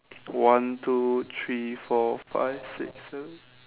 one two three four five six seven